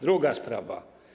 Druga sprawa.